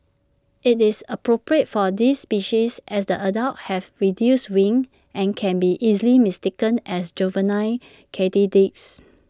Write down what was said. IT is appropriate for this species as the adults have reduced wings and can be easily mistaken as juvenile katydids